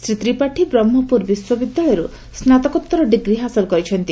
ଶ୍ରୀ ତ୍ରିପାଠୀ ବ୍ରହ୍କପୁର ବିଶ୍ୱବିଦ୍ୟାଳୟରୁ ସ୍ନାତକୋଉର ଡିଗ୍ରୀ ହାସଲ କରିଛନ୍ତି